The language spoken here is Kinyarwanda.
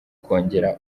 kongera